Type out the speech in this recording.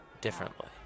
differently